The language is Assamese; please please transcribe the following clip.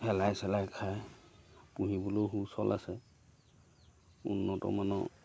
শেলাই চেলাই খায় পুহিবলৈয়ো সুচল আছে উন্নতমানৰ